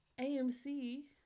AMC